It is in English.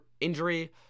injury